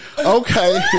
Okay